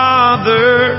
Father